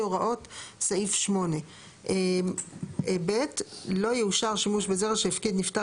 הוראות סעיף 8. (ב) לא יאושר שימוש בזרע שהפקיד נפטר